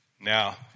Now